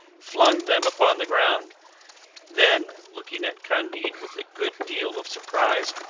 flung them upon the ground then, looking at candide with a good deal of surprise,